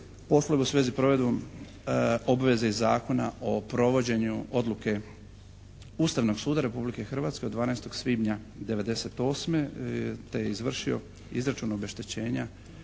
poslove u svezi provedbe obveze Zakona o provođenju odluke Ustavnog suda Republike Hrvatske od 12. svibnja '98. te je izvršio izračun obeštećenja